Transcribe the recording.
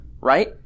Right